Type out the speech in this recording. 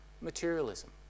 materialism